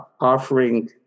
offering